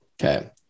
Okay